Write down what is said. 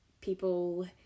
people